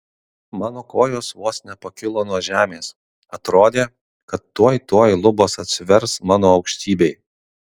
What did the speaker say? mano kojos vos nepakilo nuo žemės atrodė kad tuoj tuoj lubos atsivers mano aukštybei